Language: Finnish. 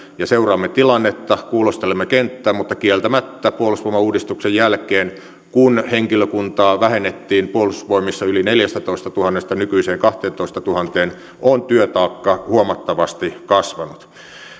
ja seuraamme tilannetta kuulostelemme kenttää mutta kieltämättä puolustusvoimauudistuksen jälkeen kun henkilökuntaa vähennettiin puolustusvoimissa yli neljästätoistatuhannesta nykyiseen kahteentoistatuhanteen on työtaakka huomattavasti kasvanut